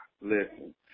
Listen